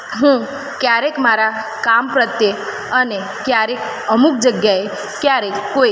હું ક્યારેક મારાં કામ પ્રત્યે અને ક્યારેક અમુક જગ્યાએ ક્યારેક